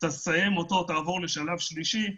תסיים אותו ותעבור לשלב שלישי.